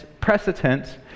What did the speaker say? precedent